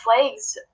flags